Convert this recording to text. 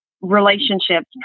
relationships